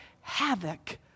havoc